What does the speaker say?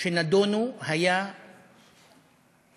שנדונו היה נשק,